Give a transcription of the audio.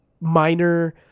minor